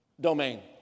domain